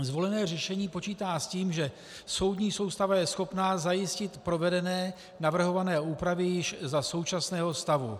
Zvolené řešení počítá s tím, že soudní soustava je schopná zajistit provedené navrhované úpravy již za současného stavu.